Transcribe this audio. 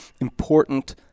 important